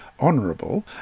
honourable